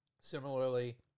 Similarly